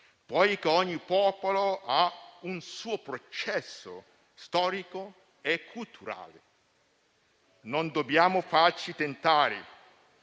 poiché ogni popolo ha un suo processo storico e culturale. Non dobbiamo farci tentare